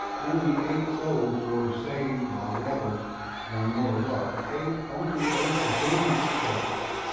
only eight souls were saved by water on noah's ark? eight, only eight adamic souls.